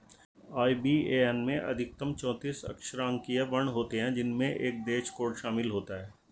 IBAN में अधिकतम चौतीस अक्षरांकीय वर्ण होते हैं जिनमें एक देश कोड शामिल होता है